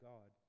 God